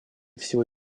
всего